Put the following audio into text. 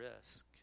risk